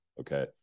Okay